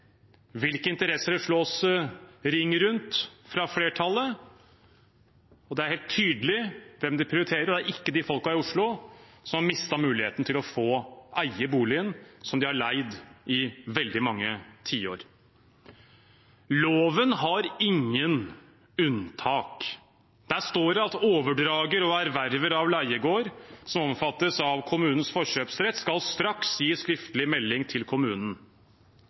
hvilke interesser det slås ring rundt fra flertallet. Det er helt tydelig hvem de prioriterer, og det er ikke de folkene i Oslo som har mistet muligheten til å få eie boligen de har leid i veldig mange tiår. Loven har ingen unntak. Der står det at overdrager og erverver av leiegård som omfattes av kommunens forkjøpsrett, straks skal gi skriftlig melding til kommunen.